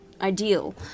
ideal